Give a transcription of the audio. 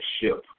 ship